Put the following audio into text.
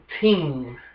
team